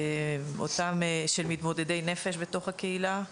של מתמודדי נפש בתוך הקהילה.